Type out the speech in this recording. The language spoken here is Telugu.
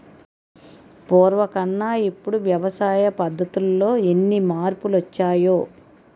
పూర్వకన్నా ఇప్పుడు వ్యవసాయ పద్ధతుల్లో ఎన్ని మార్పులొచ్చాయో